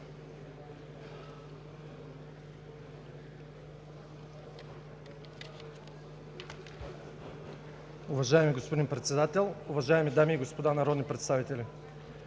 Уважаеми господин Председател, уважаеми дами и господа народни представители!